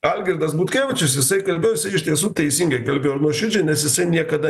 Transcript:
algirdas butkevičius jisai kalbėjo jisai iš tiesų teisingai kalbėjo nuoširdžiai nes jisai niekada